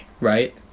right